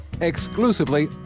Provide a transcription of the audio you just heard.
exclusively